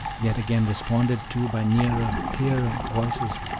yet again responded to by nearer, clearer voices,